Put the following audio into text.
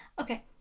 Okay